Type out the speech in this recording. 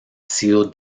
sido